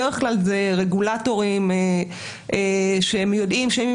בדרך כלל אלה רגולטורים שהם יודעים שאם הם